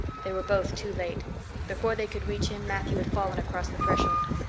they were both too late before they could reach him matthew had fallen across the threshold.